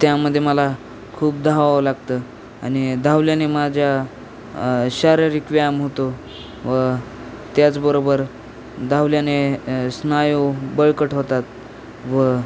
त्यामध्ये मला खूप धावावं लागतं आणि धावल्याने माझ्या शारीरिक व्यायाम होतो व त्याचबरोबर धावल्याने स्नायू बळकट होतात व